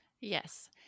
Yes